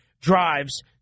drives